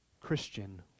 Christian